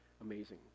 amazing